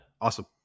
Awesome